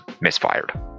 misfired